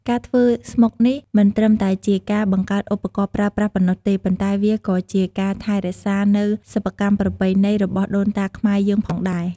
ការធ្វើស្មុកនេះមិនត្រឹមតែជាការបង្កើតឧបករណ៍ប្រើប្រាស់ប៉ុណ្ណោះទេ ប៉ុន្តែវាក៏ជាការថែរក្សានូវ សិប្បកម្មប្រពៃណី របស់ដូនតាខ្មែរយើងផងដែរ។